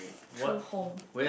true home